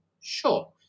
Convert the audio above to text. Sure